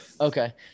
Okay